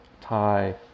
Thai